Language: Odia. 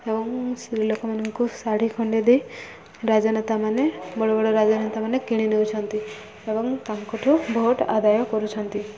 ଏବଂ ସ୍ତ୍ରୀ ଲୋକମାନଙ୍କୁ ଶାଢ଼ୀ ଖଣ୍ଡେ ଦେଇ ରାଜନେତା ମାନ ବଡ଼ ବଡ଼ ରାଜନେତା ମାନ କିଣି ନେଉଛନ୍ତି ଏବଂ ତାଙ୍କ ଠୁ ଭୋଟ ଆଦାୟ କରୁଛନ୍ତି